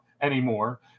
anymore